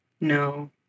No